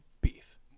Beef